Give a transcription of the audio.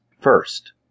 first